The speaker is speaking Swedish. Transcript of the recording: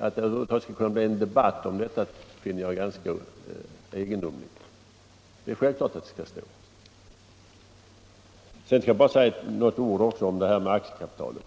Att det över huvud taget kan bli en debatt om detta finner jag egendomligt. Så bara ett par ord om aktiekapitalet.